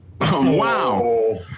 Wow